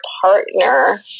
partner